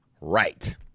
Right